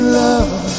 love